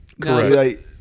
Correct